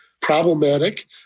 problematic